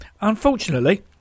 Unfortunately